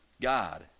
God